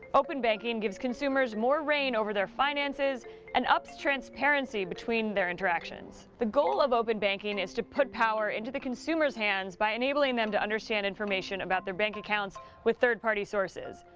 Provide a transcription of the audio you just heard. open banking gives consumers more reign over their finances and ups transparency between their interactions. the goal of open banking is to put power into the consumer's hands by enabling them to understand information about their bank accounts with third party sources.